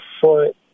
foot